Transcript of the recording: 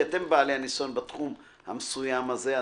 כי אתם בעלי הניסיון בתחום המסוים הזה,